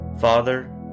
Father